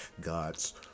God's